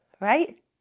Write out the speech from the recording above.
right